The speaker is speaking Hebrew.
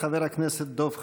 חבר הכנסת דב חנין,